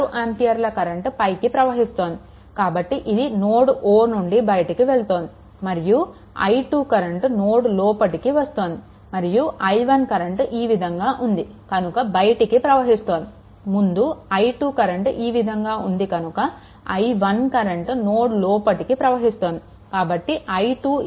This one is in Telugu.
6 ఆంపియర్ల కరెంట్ పైకి ప్రవహిస్తుంది కాబట్టి ఇది నోడ్ O నుండి బయటికి వెళ్తోంది మరియు ఈ i2 కరెంట్ నోడ్ లోపటికి వస్తుంది మరియు i1 కరెంట్ ఈ విధంగా ఉంది కనుక బయటికి ప్రవహిస్తోంది మరియు i2 కరెంట్ ఈ విధంగా ఉంది కనుక వాస్తవానికి i1 కరెంట్ నోడ్ లోపటికి ప్రవహిస్తోంది